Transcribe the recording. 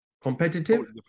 Competitive